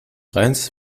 rheins